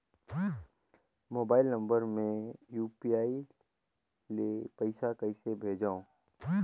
Mobile number मे UPI ले पइसा कइसे भेजवं?